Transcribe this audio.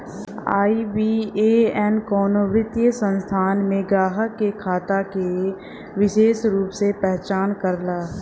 IBAN कउनो वित्तीय संस्थान में ग्राहक के खाता के विसेष रूप से पहचान करला